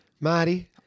Marty